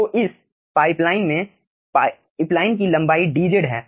तो इस पाइपलाइन में पाइपलाइन की लंबाई dz है